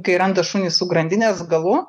kai randa šunį su grandinės galu